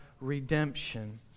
redemption